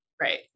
Right